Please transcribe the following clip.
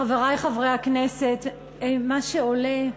חברי חברי הכנסת, מה שעולה,